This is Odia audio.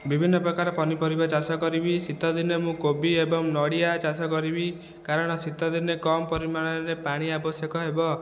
ବିଭିନ୍ନ ପ୍ରକାର ପନିପରିବା ଚାଷ କରିବି ଶୀତ ଦିନେ ମୁଁ କୋବି ଏବଂ ନଡ଼ିଆ ଚାଷ କରିବି କାରଣ ଶୀତ ଦିନେ କମ୍ ପରିମାଣରେ ପାଣି ଆବଶ୍ୟକ ହେବ